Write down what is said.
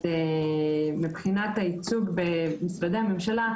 אז מבחינת הייצוג במשרדי הממשלה,